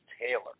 Taylor